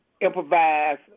Improvise